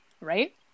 right